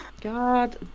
God